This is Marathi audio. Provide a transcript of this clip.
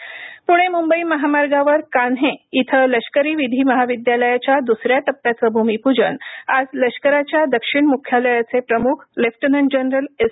सैनी प्णे मुंबई महामार्गावर कान्हे इथं लष्करी विधि महाविद्यालयच्या दुसऱ्या टप्प्याचं भूमिप्रजन आज लष्कराच्या दक्षिण मुख्यालयाचे प्रमुख लेफ्टनंट जनरल एस